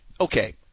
okay